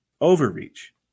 overreach